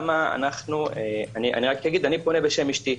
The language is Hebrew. אני אגיד אני פונה בשם אשתי.